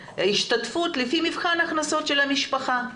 ההשתתפות של המדינה לפי מבחן הכנסות של המשפחה.